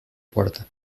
puerta